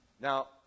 Now